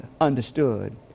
understood